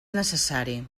necessari